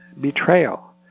betrayal